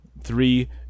Three